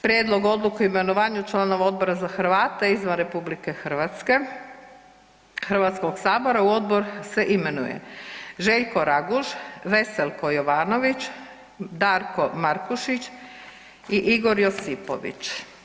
Prijedlog odluke o imenovanju članova Odbora za Hrvate izvan RH Hrvatskog sabora u odbor se imenuje Željko Raguž, Veselko Jovanović, Darko Markušić i Igor Josipović.